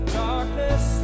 darkness